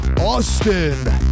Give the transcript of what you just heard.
Austin